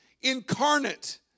incarnate